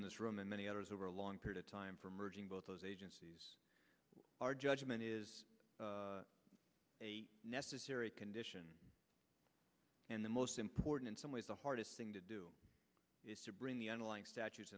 in this room and many others over a long period of time for merging both those agencies are judgment is a necessary condition and the most important in some ways the hardest thing to do is to bring the underlying statutes